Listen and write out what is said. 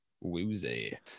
woozy